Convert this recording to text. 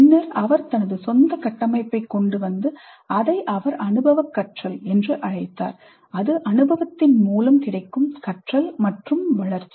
பின்னர் அவர் தனது சொந்த கட்டமைப்பைக் கொண்டு வந்து அதை அவர் அனுபவக் கற்றல் என்று அழைத்தார் அது கற்றல் மற்றும் வளர்ச்சி மூலம் கிடைக்கும் அனுபவம்